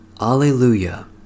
Alleluia